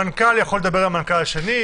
המנכ"ל יכול לדבר עם המנכ"ל השני,